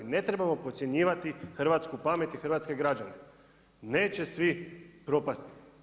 Ne trebamo podcjenjivati hrvatsku pamet i hrvatske građane, neće svi propasti.